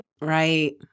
right